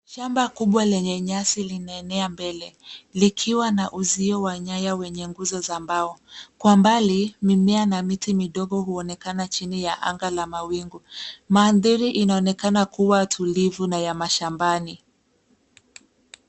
Shamba kubwa lenye nyasi linaenea mbele likiwa na uzio wa nyaya wenye nguzo za mbao. Kwa mbali, mimea na miti midogo huonekana chini ya anga la mawingu. Mandhari inaonekana kuwa tulivu na ya mashambani.